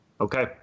Okay